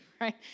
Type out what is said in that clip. right